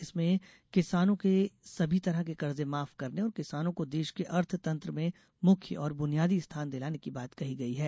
इसमें किसानों के सभी तरह के कर्जे माफ करने और किसानों को देश के अर्थ तन्त्र में मुख्य और बुनियादी स्थान दिलाने की बात कही गई है